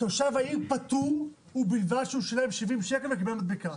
תושב העיר פטור ובלבד שהוא שילם 70 שקל וקיבל מדבקה.